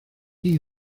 chi